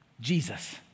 Jesus